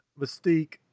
Mystique